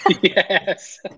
Yes